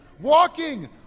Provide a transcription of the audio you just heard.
Walking